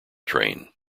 train